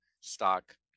stock